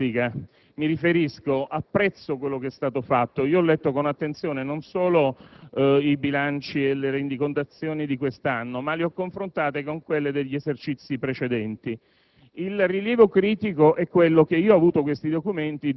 su alcune criticità che individuo innanzi tutto nella tempistica. Apprezzo quanto è stato fatto; ho letto con attenzione i bilanci e le rendicontazioni di quest'anno e li ho confrontati con quelli degli esercizi precedenti.